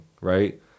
Right